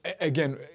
again